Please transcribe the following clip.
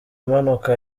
amanuka